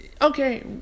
Okay